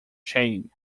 shame